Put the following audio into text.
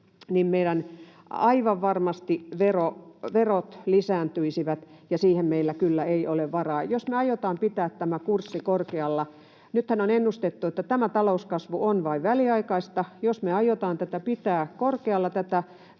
niin aivan varmasti meidän verot lisääntyisivät, ja siihen meillä ei kyllä ole varaa. Jos me aiotaan pitää tämä kurssi korkealla — nythän on ennustettu, että tämä talouskasvu on vain väliaikaista — ja pitää sitä kasvusuunnassa,